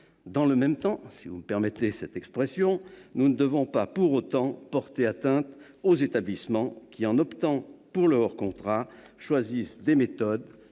Dans le même temps- si vous me permettez cette expression -, nous ne devons pas porter atteinte aux établissements qui, en optant pour le hors contrat, choisissent des méthodes